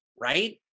Right